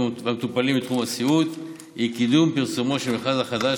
והמטופלים בתחום הסיעוד היא קידום פרסומו של המכרז החדש,